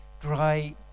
dry